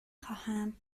خواهم